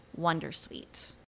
Wondersuite